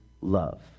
love